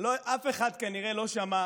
אף אחד כנראה לא שמע